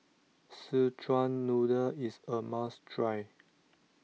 Szechuan Noodle is a must try